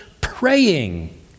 praying